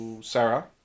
Sarah